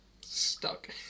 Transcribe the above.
stuck